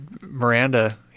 Miranda